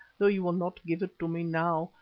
though you will not give it to me now,